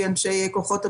המודלים הם כידוע,